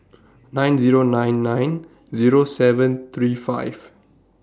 nine Zero nine nine Zero seven three five